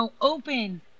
open